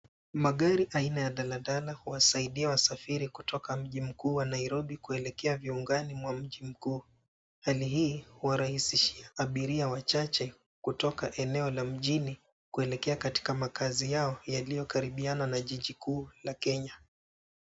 Magari aina ya daladala huwasaidia wasafiri kutoka mji mkuu wa Nairobi kuelekea miongoni mwa mji mkuu. Hali hii huwarahishisia abiria wachache kutoka eneo la mjini kuelekea katika makaazi yao yaliyokaribiana na jiji kuu la Kenya.